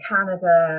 Canada